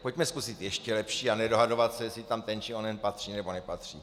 Pojďme zkusit ještě lepší a nedohadovat se, jestli tam ten či onen patří, nebo nepatří.